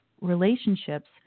relationships